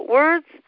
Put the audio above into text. words